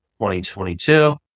2022